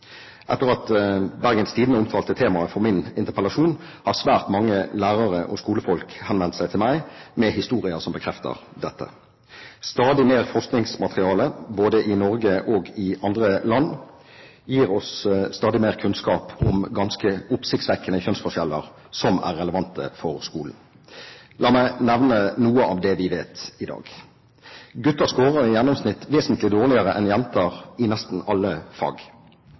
Etter at Bergens Tidende omtalte temaet for min interpellasjon, har svært mange lærere og skolefolk henvendt seg til meg med historier som bekrefter dette. Stadig mer forskningsmateriale, både i Norge og i andre land, gir oss stadig mer kunnskap om ganske oppsiktsvekkende kjønnsforskjeller, som er relevante for skolen. La meg nevne noe av det vi vet i dag: Gutter scorer i gjennomsnitt vesentlig dårligere enn jenter i nesten alle fag.